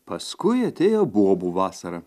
paskui atėjo bobų vasara